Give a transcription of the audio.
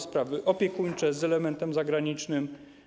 Sprawy opiekuńcze z elementem zagranicznym.